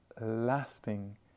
lasting